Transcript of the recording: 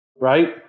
right